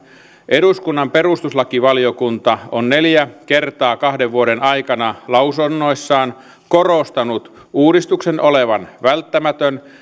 eduskunnan perustuslakivaliokunta on neljä kertaa kahden vuoden aikana lausunnoissaan korostanut uudistuksen olevan välttämätön